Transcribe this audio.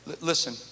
listen